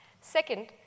Second